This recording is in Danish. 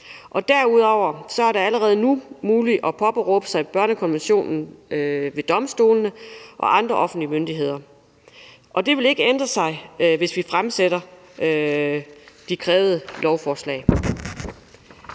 derudover er det allerede nu muligt at påberåbe sig børnekonventionen ved domstolene og andre offentlige myndigheder. Og det ville ikke ændre sig, hvis vi fremsatte det krævede lovforslag.